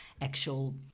actual